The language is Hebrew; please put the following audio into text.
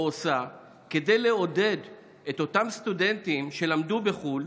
עושה כדי לעודד את אותם סטודנטים שלמדו בחו"ל